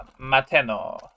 Mateno